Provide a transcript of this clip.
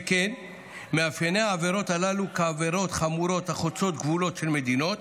שכן מאפייני העבירות הללו כעבירות חמורות החוצות גבולות של מדינות,